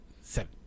Seven